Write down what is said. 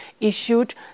issued